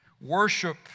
Worship